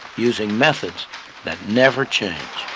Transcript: using methods that never change.